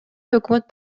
өкмөт